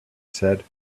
said